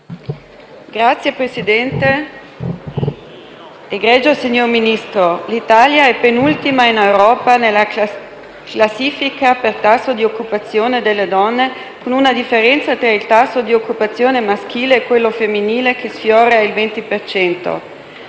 Signor Presidente, egregio signor Ministro, l'Italia è penultima in Europa nella classifica per tasso di occupazione delle donne, con una differenza tra il tasso di occupazione maschile e quello femminile che sfiora il 20